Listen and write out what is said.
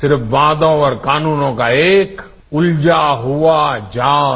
सिर्फ वायदों और कानूनों का एक उलझा हुआ जाल